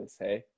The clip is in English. hey